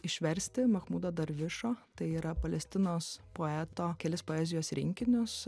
išversti machmudo darvišo tai yra palestinos poeto kelis poezijos rinkinius